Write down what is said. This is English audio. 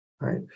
right